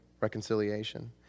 reconciliation